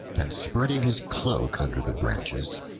and spreading his cloak under the branches,